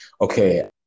okay